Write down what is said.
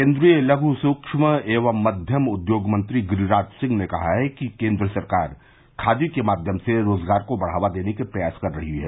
केन्द्रीय लघू सूक्ष्म एवं मध्यम उद्योग मंत्री गिरिराज सिंह ने कहा कि केन्द्र सरकार खादी के माध्यम से रोजगार को बढ़ावा देने के प्रयास कर रही है